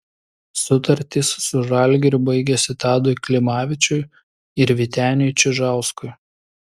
sutartys su žalgiriu baigėsi tadui klimavičiui ir vyteniui čižauskui